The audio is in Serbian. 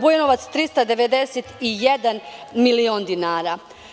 Bujanovac 391 milion dinara.